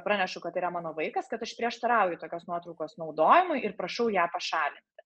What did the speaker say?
pranešu kad yra mano vaikas kad aš prieštarauju tokios nuotraukos naudojimui ir prašau ją pašalinti